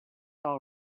all